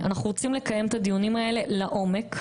אנחנו רוצים לקיים את הדיונים האלה לעומק.